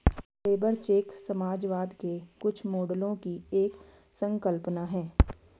labour cheque समाजवाद के कुछ मॉडलों की एक संकल्पना है